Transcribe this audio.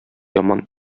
яман